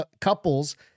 Couples